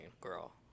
Girl